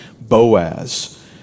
Boaz